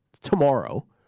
tomorrow